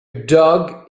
dog